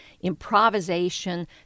improvisation